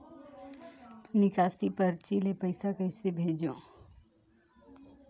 निकासी परची ले पईसा कइसे भेजों?